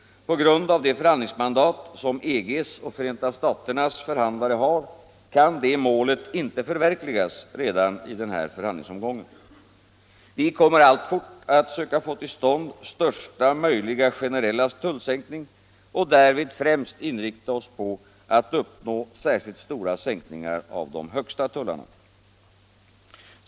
På grund av de förhandlingsmandat som EG:s och Förenta staternas förhandlare har, kan det målet inte förverkligas redan i denna förhandlingsomgång. Vi kommer alltfort att söka få till stånd största möjliga generella tullsänkning och därvid främst inrikta oss på att uppnå särskilt stora sänkningar av de högsta tullarna.